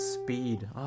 Speed